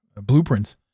blueprints